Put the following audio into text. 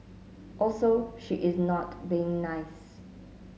also she is not being nice